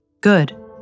Good